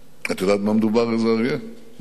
את יודעת במה מדובר, איזה אריה, מרינה?